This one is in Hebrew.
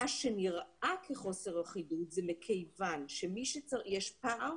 מה שנראה כחוסר אחידות זה מכיוון שיש פער